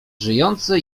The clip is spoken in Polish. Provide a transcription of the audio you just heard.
żyjący